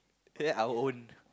pay our own